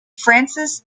francis